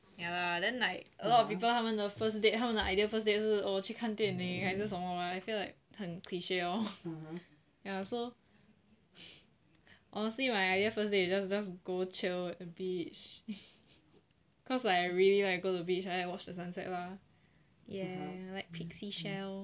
ya lah then like a lot of people 他们的 first date 他们的 ideal first date 是哦去看电影还是什么啦 I feel like 很 cliche lor ya so honestly my ideal first day is just just go chill at beach cause I really like go to beach like that go watch the sunset lah !yay! like picnic shell